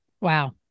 Wow